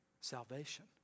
salvation